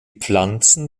pflanzen